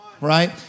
right